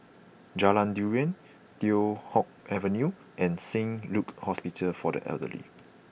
Jalan Durian Teow Hock Avenue and Saint Luke's Hospital for the Elderly